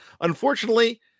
Unfortunately